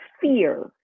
fear